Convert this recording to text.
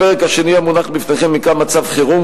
הפרק השני המונח בפניכם נקרא "מצב חירום",